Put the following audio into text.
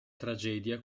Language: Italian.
tragedia